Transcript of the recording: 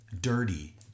dirty